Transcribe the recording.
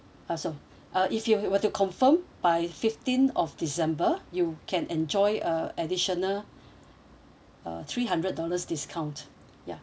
uh so uh if you were to confirm by fifteen of december you can enjoy a additional uh three hundred dollars discount ya